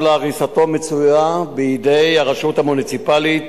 להריסתו מצויה בידי הרשות המוניציפלית,